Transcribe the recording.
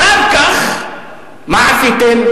אחר כך מה עשיתם?